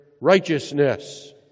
righteousness